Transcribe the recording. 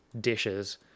dishes